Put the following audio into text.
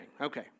Okay